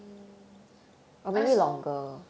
mm I saw